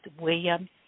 William